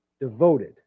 Devoted